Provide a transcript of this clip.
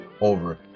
over